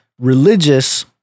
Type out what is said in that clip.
religious